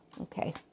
Okay